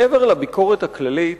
מעבר לביקורת הכללית,